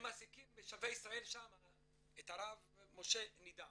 הם מעסיקים ב"שבי ישראל" את הרב משה נידם